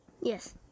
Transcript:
Yes